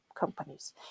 companies